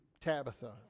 Tabitha